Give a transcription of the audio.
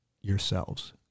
yourselves